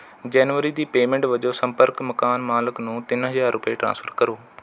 ਜਨਵਰੀ ਦੀ ਪੇਮੈਂਟ ਵਜੋਂ ਸੰਪਰਕ ਮਕਾਨ ਮਾਲਕ ਨੂੰ ਤਿੰਨ ਹਜ਼ਾਰ ਰੁਪਏ ਟਰਾਂਸਫਰ ਕਰੋ